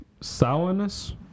Sourness